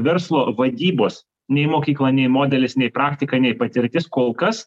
verslo vadybos nei mokykla nei modelis nei praktika nei patirtis kol kas